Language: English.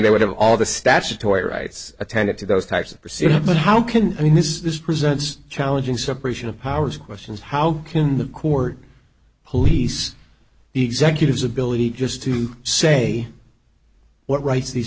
they would have all the statutory rights attended to those types of procedures but how can i mean this is this presents challenging separation of powers questions how can the court police the executives ability just to say what rights these